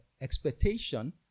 expectation